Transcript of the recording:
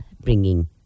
bringing